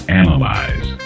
analyze